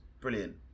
brilliant